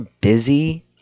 busy-